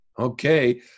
okay